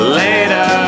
later